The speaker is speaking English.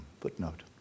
footnote